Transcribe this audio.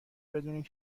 بدونید